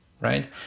right